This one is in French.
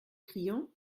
crillon